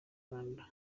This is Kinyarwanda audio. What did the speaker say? rwanda